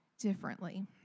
Differently